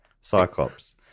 Cyclops